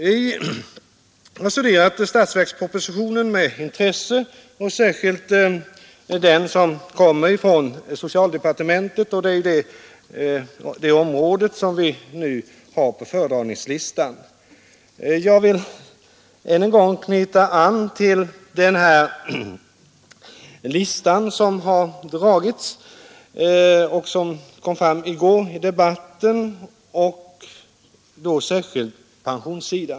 Jag har studerat statsverkspropositionen med intresse, särskilt den del som berör socialdepartementet — det område som vi nu behandlar. Jag vill än en gång knyta an till den lista som drogs fram i debatten i går, då särskilt beträffande pensionerna.